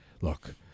Look